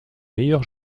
meilleurs